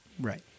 Right